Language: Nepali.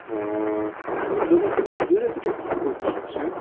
म जब पनि जुनै पनि फोटो खिच्छु